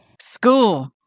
School